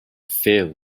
fail